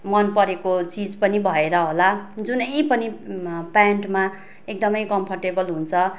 मन परेको चिज पनि भएर होला जुनै पनि प्यान्टमा एकदम कम्फर्टेबल हुन्छ